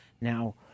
Now